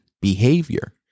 behavior